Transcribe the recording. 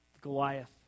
Goliath